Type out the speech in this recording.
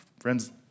Friends